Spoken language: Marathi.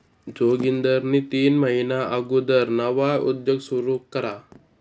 जोगिंदरनी तीन महिना अगुदर नवा उद्योग सुरू करा